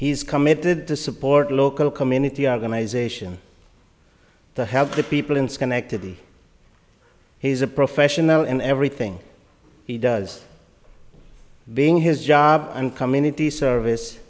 he's committed to support local community organization to help the people in schenectady he's a professional in everything he does being his job and community service